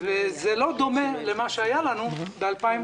זה לא דומה למה שהיה לנו ב-2015,